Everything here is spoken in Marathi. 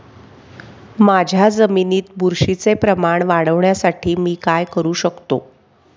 माझ्या जमिनीत बुरशीचे प्रमाण वाढवण्यासाठी मी काय करू शकतो?